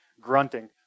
grunting